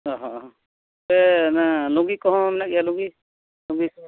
ᱚ ᱦᱚᱸ ᱥᱮ ᱚᱱᱮ ᱞᱩᱝᱜᱤ ᱠᱚᱦᱚᱸ ᱢᱮᱱᱟᱜ ᱜᱮᱭᱟ ᱞᱩᱝᱜᱤ ᱞᱩᱝᱜᱤ ᱠᱚ